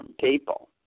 people